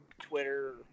Twitter